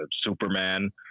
Superman